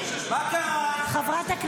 חוק-יסוד: מבקר המדינה, מה אתה חושב עליו?